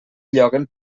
lloguen